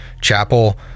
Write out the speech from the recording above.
chapel